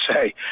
say